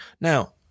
Now-